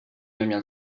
neměl